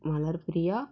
Malarpriya